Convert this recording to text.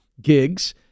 gigs